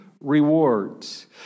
rewards